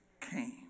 came